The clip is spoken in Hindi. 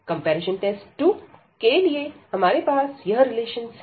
कंपैरिजन टेस्ट 2 के लिए हमारे पास यह रिलेशंस है